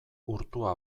urtua